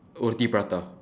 roti-prata